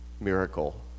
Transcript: miracle